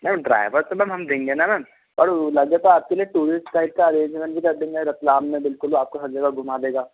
नहीं ड्राइवर तो मैम हम देंगे ना मैम और लगे तो आपके लिए टूरिस्ट गाइड का अरेंजमेंट भी कर देंगे रतलाम में बिल्कुल जो आपको हर जगह घूमा देगा